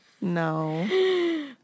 No